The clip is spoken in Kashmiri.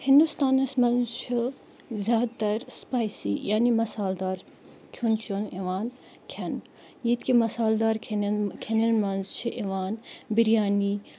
ہِندُستانَس منٛز چھِ زیادٕتَر سپایسی یعنی مصالدار کھیوٚن چیوٚن یِوان کھٮ۪نہٕ ییٚتہِ کہِ مصالدار کھیٚنَن کھیٚنَن منٛز چھِ یِوان بِریانی